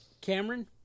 Cameron